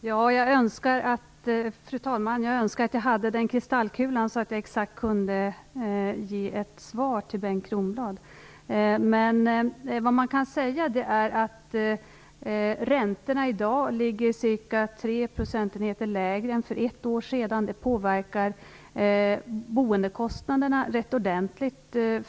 Fru talman! Jag önskar att jag hade en kristallkula, så att jag kunde ge ett exakt svar till Bengt Kronblad. Man kan dock konstatera att räntorna i dag är cirka tre procentenheter lägre än för ett år sedan. Detta påverkar boendekostnaderna rätt ordentligt.